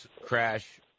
crash